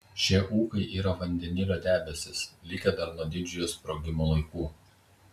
šie ūkai yra vandenilio debesys likę dar nuo didžiojo sprogimo laikų